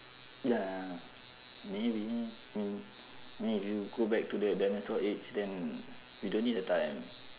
ya really mean I mean if you go back to the dinosaur age then you don't need the time